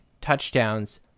touchdowns